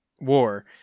war